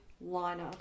liner